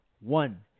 one